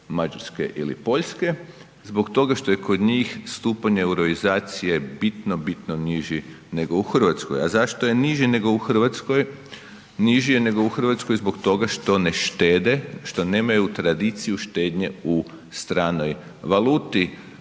Mađarske ili Poljske. Zbog toga što je kod njih stupanj euroizacije bitno, bitno niži nego u Hrvatskoj. A zašto je niži nego u Hrvatskoj? Niži je nego u Hrvatskoj zbog toga što ne štede, što nemaju tradiciju štednje u stranoj valuti.